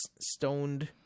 Stoned